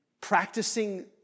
practicing